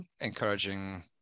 encouraging